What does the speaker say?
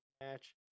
match